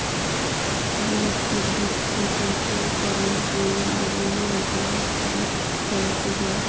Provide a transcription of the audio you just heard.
weed উদ্ভিদকে control করাং হইলে বিভিন্ন রকমের সার ছড়াতে হই